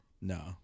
No